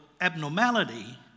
abnormality